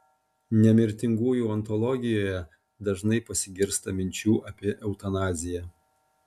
nemirtingųjų ontologijoje dažnai pasigirsta minčių apie eutanaziją